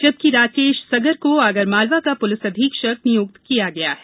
जबकि राकेश सगर को आगरमालवा का प्लिस अक्षीक्षक निय्क्त किया गया है